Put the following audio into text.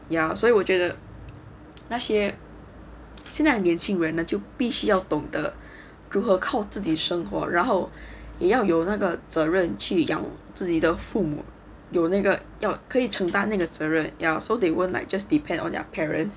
ya 所以我觉得那些现在年轻人的就必须要懂得如何靠自己生活然后也要有那个责任去养自己的父母有那个要可以承担那个责任 ya so they won't like just depend on their parents